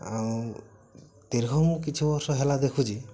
ଆଉ ଦୀର୍ଘ ମୁଁ କିଛି ବର୍ଷ ହେଲା ଦେଖୁଛି